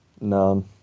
None